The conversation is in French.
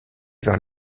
vers